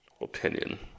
opinion